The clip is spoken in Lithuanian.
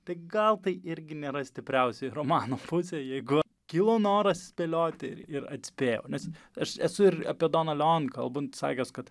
tai gal tai irgi nėra stipriausioji romano pusė jeigu kilo noras spėlioti ir atspėjau nes aš esu ir apie doną leon kalbant sakęs kad